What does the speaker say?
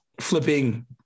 flipping